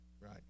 right